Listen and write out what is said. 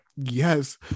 yes